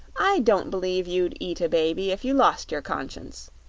i don't b'lieve you'd eat a baby if you lost your conscience.